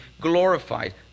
glorified